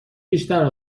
بیشتر